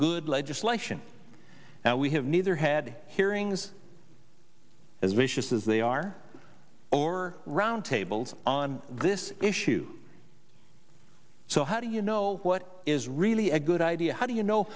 good legislation now we have neither had hearings as vicious as they are or roundtables on this issue so how do you know what is really a good idea how do you know